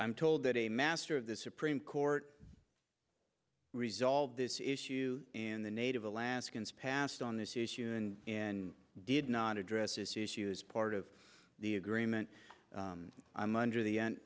i'm told that a master of the supreme court resolved this issue and the native alaskans passed on this issue in and did not address this issue is part of the agreement i'm under the an